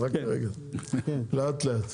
אז רק רגע לאט לאט,